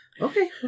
Okay